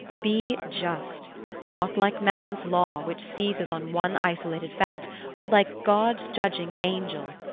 be just not like man's law, which seizes on one isolated fact, but like god's judging angel,